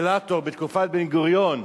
אינסטלטור בתקופת בן-גוריון,